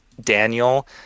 Daniel